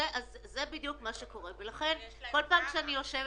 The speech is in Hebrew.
אני בדיוק נמצא